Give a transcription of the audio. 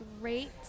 great